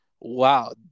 wow